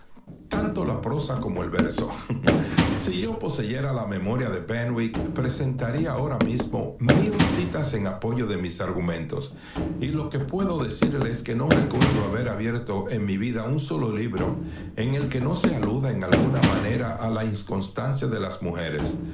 tanto la prosa como el verso si yo poseyera la memoria de benwick presentaría ahora mismo mil citas en apoyo de mis argumentos y lo que puedo decirle es que no recuerdo haber abierto en mi vida un solo libro en el que no se aluda en alguna manera a la inconstancia de las mujeres